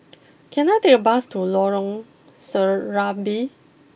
can I take a bus to Lorong Serambi